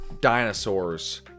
dinosaurs